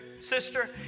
Sister